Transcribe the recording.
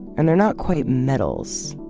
and they're not quite medals.